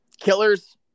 Killers